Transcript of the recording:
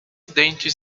dentes